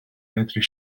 medru